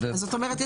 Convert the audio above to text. זאת אומרת,